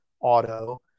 auto